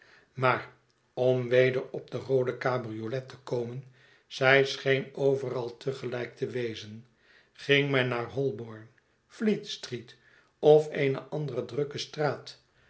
maar om weder op de roode cabriolet te kor men zij scheen overal te gelijk te wezen ging men naar hoi born fleet-street of eene andere drukke straat